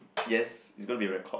yes it's going to be record